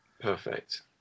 perfect